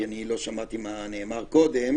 כי לא שמעתי מה נאמר קודם.